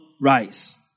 rise